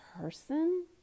person